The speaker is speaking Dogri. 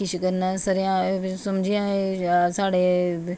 किश करना सरेआं समझी जाना साढ़े